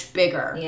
bigger